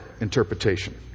interpretation